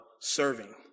serving